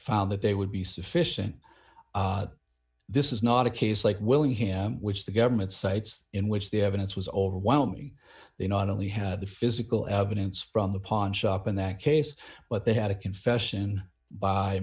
found that they would be sufficient this is not a case like willing him which the government sites in which the evidence was overwhelming they not only had the physical evidence from the pawn shop in that case but they had a confession by